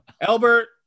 albert